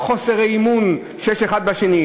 חוסר האמון שיש האחד בשני,